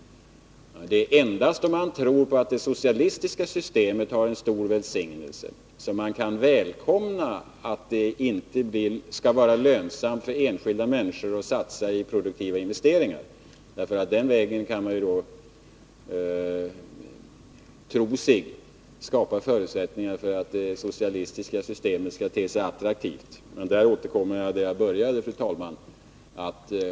Det är endast om man tror att det socialistiska systemet medför en stor välsignelse som man kan välkomna att det inte skall vara lönsamt för enskilda människor att satsa i produktiva investeringar. På den vägen tror man sig skapa förutsättningar för att det socialistiska systemet skall te sig attraktivt. Jag återkommer här till det Nr 15 jag började med, fru talman.